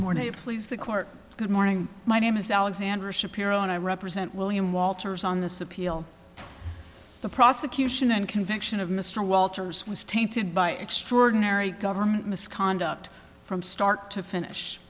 please the court good morning my name is alexander shapiro and i represent william walters on this appeal the prosecution and conviction of mr walters was tainted by extraordinary government misconduct from start to finish